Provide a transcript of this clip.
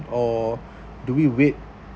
or do we wait